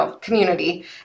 community